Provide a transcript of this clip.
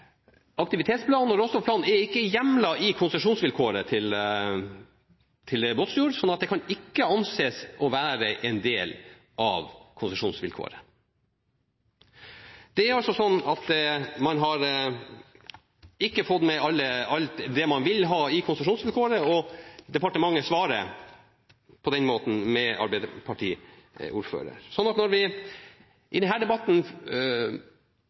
aktivitetsplanen og råstoffplanen ikke er hjemlet i konsesjonsvilkåret til «Båtsfjord», slik at de kan ikke anses å være en del av konsesjonsvilkåret. Det er altså sånn at man har ikke fått med alt man ville ha med i konsesjonsvilkårene, og departementet svarer på den måten med arbeiderpartistatsråd. Når man i denne debatten